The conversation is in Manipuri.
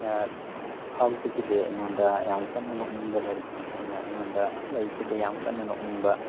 ꯐꯥꯎꯖꯈꯤꯗꯦ ꯑꯩꯉꯣꯟꯗ ꯌꯥꯝ ꯀꯟꯅ ꯅꯣꯛꯅꯤꯡꯕ ꯂꯥꯏꯔꯤꯛꯇꯤ ꯊꯣꯏꯅ ꯑꯩꯉꯣꯟꯗ ꯂꯩꯈꯤꯗꯦ ꯌꯥꯝꯀꯟꯅ ꯅꯣꯛꯅꯤꯡꯕ